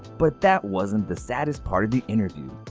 but that wasn't the saddest part of the interview.